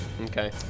Okay